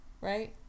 right